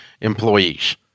employees